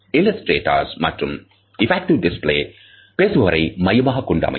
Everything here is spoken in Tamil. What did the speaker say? இல்லஸ்டேட்டஸ் மற்றும் எப்பக்டிவ் டிஸ்ப்ளேஸ் பேசுபவரை மையமாகக்கொண்டு அமையும்